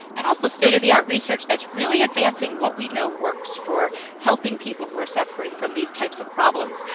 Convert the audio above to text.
and also state of the art research that's really advancing what we know works for helping people who are suffering from these types of problems.